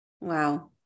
Wow